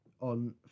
on